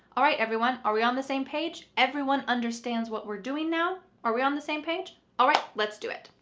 all right, everyone, are we on the same page? everyone understands what we're doing now. are we on the same page? all right, let's do it.